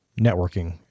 networking